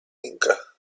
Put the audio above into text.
inca